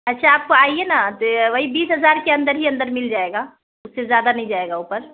اچھا آپ کو آئیے نا وہی بیس ہزار کے اندر ہی اندر مل جائے گا اس سے زیادہ نہیں جائے گا اوپر